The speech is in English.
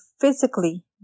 physically